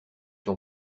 ton